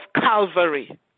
Calvary